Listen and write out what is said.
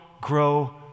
grow